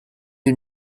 you